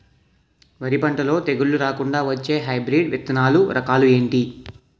వరి పంటలో తెగుళ్లు రాకుండ వచ్చే హైబ్రిడ్ విత్తనాలు రకాలు ఏంటి?